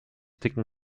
dicken